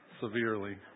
severely